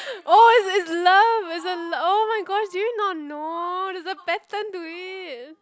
oh it's it's love it's oh-my-gosh did you not know there's a pattern to it